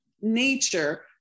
nature